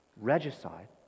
regicide